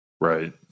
Right